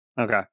Okay